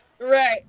Right